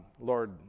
Lord